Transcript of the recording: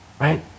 right